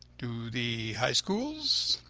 to the high schools,